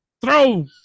throw